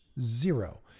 Zero